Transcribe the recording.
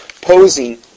posing